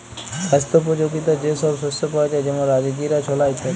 স্বাস্থ্যপ যগীতা যে সব শস্য পাওয়া যায় যেমল রাজগীরা, ছলা ইত্যাদি